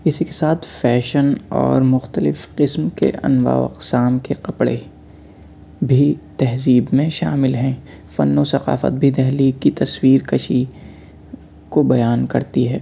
اسی کے ساتھ فیشن اور مختلف قسم کے انواع و اقسام کے کپڑے بھی تہذیب میں شامل ہیں فن و ثقافت بھی دہلی کی تصویرکشی کو بیان کرتی ہے